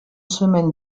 semaine